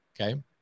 okay